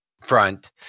front